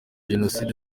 jenoside